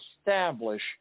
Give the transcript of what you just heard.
establish